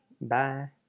Bye